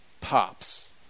Pops